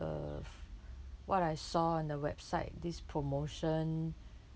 uh what I saw on the website this promotion